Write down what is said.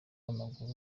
w’amaguru